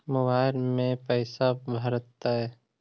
Mobile में पैसा भरैतैय?